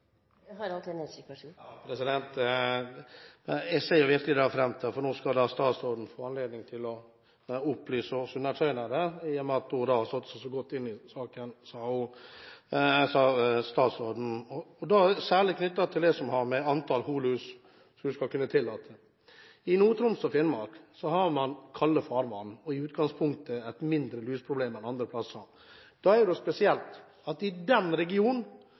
Jeg ser virkelig fram til at statsråden nå skal få anledning til å opplyse undertegnede i og med at hun har satt seg så godt inn i saken, sa hun – særlig knyttet til det som har å gjøre med antall holus som skal kunne tillates. I Nord-Troms og Finnmark har man kalde farvann og i utgangspunktet et mindre lusproblem enn andre plasser. Da er det jo spesielt at man i den regionen